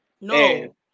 no